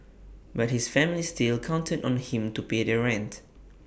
but his family still counted on him to pay their rent